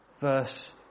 Verse